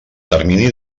termini